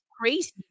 crazy